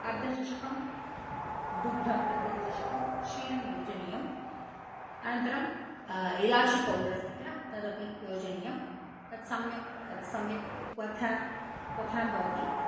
अर्धचषकं दुग्धम् अर्धचषकं क्षीरं योजनीयम् अनन्तरम् इलाचि पौडर् अस्ति किल तदपि योजनीयं तत्सम्यक् तत्सम्यक् क्वथनं क्वथनं भवति